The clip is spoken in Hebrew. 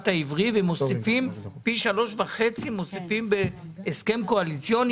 העברי ומוסיפים פי שלושה וחצי בהסכם קואליציוני.